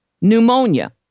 pneumonia